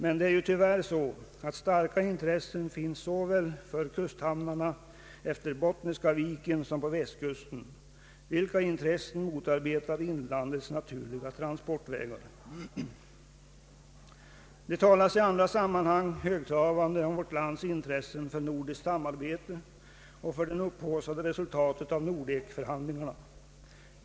Men det är ju tyvärr så, att starka intressen finns såväl för kusthamnarna efter Bottniska viken som på Västkusten, vilka intressen motarbetar inlandets naturliga transportvägar. Det talas i andra sammanhang högtravande om vårt lands intresse för nordiskt samarbete och för det upphaussade resultatet av Nordekförhandlingarna.